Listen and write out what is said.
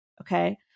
Okay